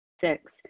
Six